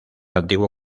antiguo